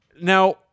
Now